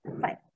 fine